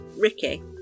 ricky